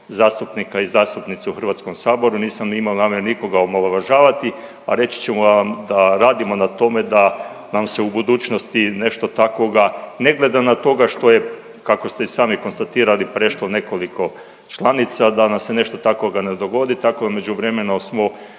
zastupnika i zastupnicu u HS-u nisam imao nikoga omalovažavati. A reći ću vam radimo na tome da nam se u budućnosti nešto takoga ne gleda na toga što je kako ste i sami konstatirali prešlo nekoliko članica, da nam se nešto takoga ne dogodi tako u međuvremenu smo